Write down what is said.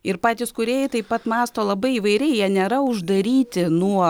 ir patys kūrėjai taip pat mąsto labai įvairiai jie nėra uždaryti nuo